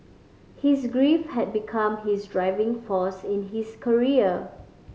his grief had become his driving force in his career